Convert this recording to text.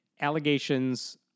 allegations